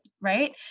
right